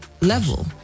level